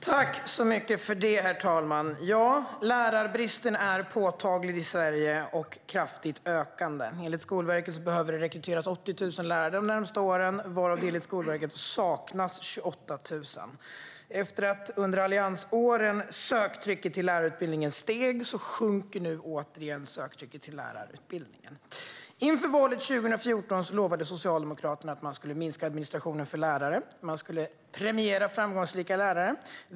Herr talman! Lärarbristen i Sverige är påtaglig och kraftigt ökande. Enligt Skolverket behöver det rekryteras 80 000 lärare de närmaste åren, varav det enligt Skolverket fattas 28 000. Efter att ha stigit under alliansåren sjunker nu söktrycket till lärarutbildningen igen. Inför valet 2014 lovade Socialdemokraterna att man skulle minska administrationen för lärare. Man skulle premiera framgångsrika lärare.